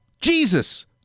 Jesus